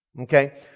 Okay